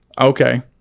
Okay